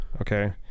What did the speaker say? okay